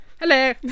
Hello